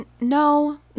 No